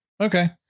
okay